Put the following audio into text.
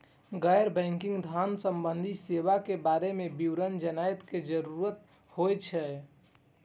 गैर बैंकिंग धान सम्बन्धी सेवा के बारे में विवरण जानय के जरुरत होय हय?